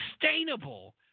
sustainable